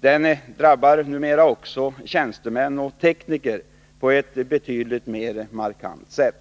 Den drabbar också tjänstemän och tekniker på ett betydligt mer markant sätt.